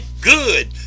good